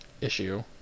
issue